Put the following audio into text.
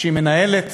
כשהיא מנהלת